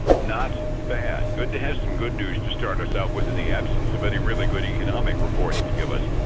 not bad. good to have some good news to start us out with, in the absence of any really good economic reports to give us.